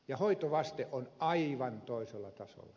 ja hoitovaste on aivan toisella tasolla